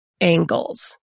angles